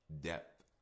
Depth